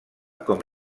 com